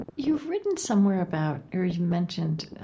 you've written somewhere about, or you mentioned,